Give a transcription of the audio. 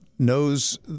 knows